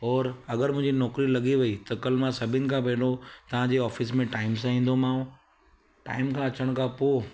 और अगरि मुंहिंजी नौकिरी लॻी वई त कल मां सभिनि खां पहिरियों तव्हांजे ऑफिस में टाइम सां ईंदोमांव टाइम खां अचण खां पोइ